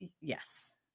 Yes